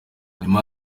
nyuma